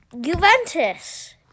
Juventus